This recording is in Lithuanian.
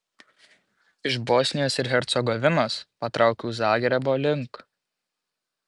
iš bosnijos ir hercegovinos patraukiau zagrebo link